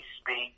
speak